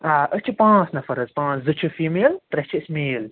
آ أسۍ چھِ پانٛژ نَفر حظ پانٛژ زٕ چھِ فیٖمیل ترٛےٚ چھِ أسۍ میل